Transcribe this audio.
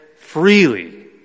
freely